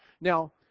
now